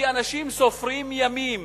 כי אנשים סופרים ימים